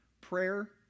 Prayer